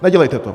Nedělejte to.